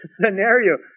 scenario